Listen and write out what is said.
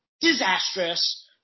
disastrous